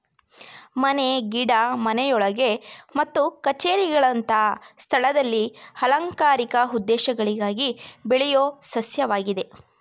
ಮನೆ ಗಿಡ ಮನೆಯೊಳಗೆ ಮತ್ತು ಕಛೇರಿಗಳಂತ ಸ್ಥಳದಲ್ಲಿ ಅಲಂಕಾರಿಕ ಉದ್ದೇಶಗಳಿಗಾಗಿ ಬೆಳೆಯೋ ಸಸ್ಯವಾಗಿದೆ